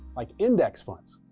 like index funds.